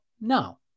No